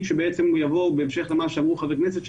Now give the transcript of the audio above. שבעצם יבוא בהמשך למה שאמרו חברי הכנסת,